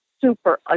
super